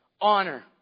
honor